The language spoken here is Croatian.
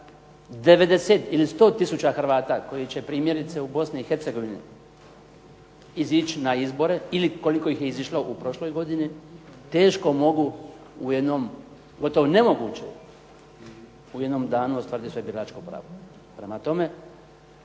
90 ili 100000 Hrvata koji će primjerice u Bosni i Hercegovini izići na izbore ili koliko ih je izišlo u prošloj godini teško mogu u jednom gotovo nemoguće u jednom danu ostvariti svoje biračko pravo. Prema tome,